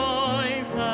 life